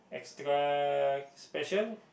extra special